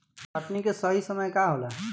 कटनी के सही समय का होला?